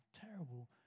terrible